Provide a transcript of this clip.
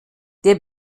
der